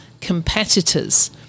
competitors